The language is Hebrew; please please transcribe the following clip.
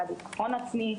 על הביטחון העצמי,